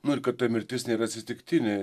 nu ir kad ta mirtis nėra atsitiktinė